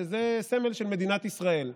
שזה הסמל של מדינת ישראל,